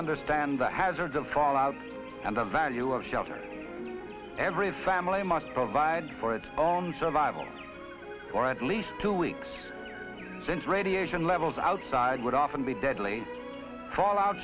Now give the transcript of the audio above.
understand the hazards of fall out and the value of shelter every family must provide for its own survival or at least two weeks since radiation levels outside would often be deadly fallout